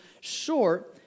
short